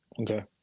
Okay